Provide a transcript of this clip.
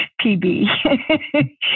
pb